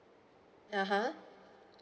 (uh huh)